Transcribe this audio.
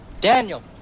Daniel